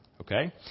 Okay